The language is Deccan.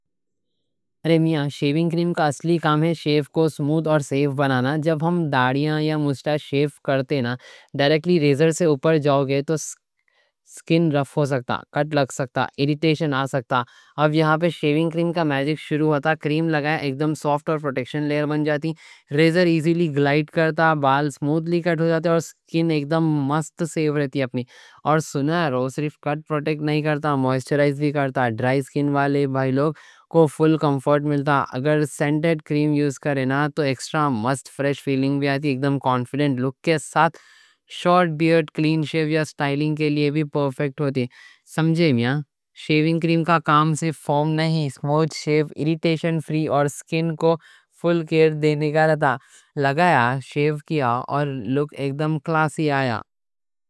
ارے میاں شیوینگ کریم کا اصلی کام ہے شیو کو سمووت اور سیف بنانا، جب ہم داڑیاں یا موچھیں شیو کرتے نا ڈیریکٹلی ریزر سے اوپر جاؤ گے تو سکن رف ہو سکتا، کٹ لگ سکتا ایریٹیشن آ سکتا، اب یہاں پہ شیوینگ کریم کا میجک شروع ہوتا، کریم لگایا، اکدم سافٹ اور پروٹیکشن لیئر بن جاتی، ریزر ایزیلی گلائڈ کرتا بال سمووتلی کٹ ہو جاتے اور سکن اکدم مست سیف رہتی اپنی اور صرف کٹ پروٹیکشن نہیں کرتا، مویسچرائز بھی کرتا، ڈرائی سکن والے بھائی لوگ کو فل کمفورٹ ملتا اگر سینٹڈ کریم یوز کرے نا تو ایکسٹرا مست فریش فیلنگ بھی آتی اکدم کانفیڈنٹ لک کے ساتھ شورٹ بیئرڈ، کلین شیو یا سٹائلنگ کے لیے بھی پرفیکٹ ہوتی، سمجھے میاں شیوینگ کریم کا کام صرف فوم نہیں، سمووت شیو، اریٹیشن فری اور سکن کو فل کیئر دینے کا لگایا، شیو کیا اور لک اکدم کلاسی آیا